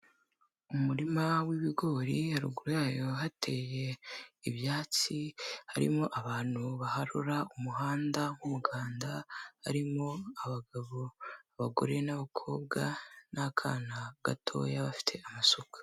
Umurima w'ibigori haruguru yayo hateye ibyatsi, harimo abantu baharura umuhanda w'umuganda, harimo abagabo, abagore n'abakobwa n'akana gatoya gafite amasuka.